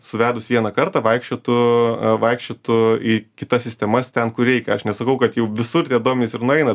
suvedus vieną kartą vaikščiotų vaikščiotų į kitas sistemas ten kur reikia aš nesakau kad jau visur tie duomenys ir nueina